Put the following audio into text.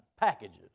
Packages